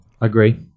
Agree